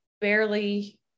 barely